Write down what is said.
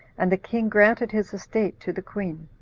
and the king granted his estate to the queen.